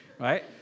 Right